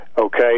Okay